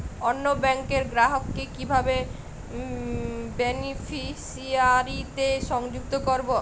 অন্য ব্যাংক র গ্রাহক কে কিভাবে বেনিফিসিয়ারি তে সংযুক্ত করবো?